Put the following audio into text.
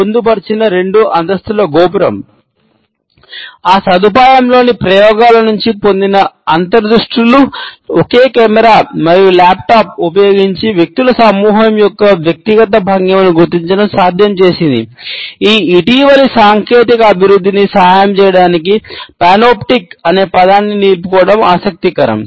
panoptic studio అనే పదాన్ని నిలుపుకోవడం ఆసక్తికరం